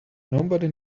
nobody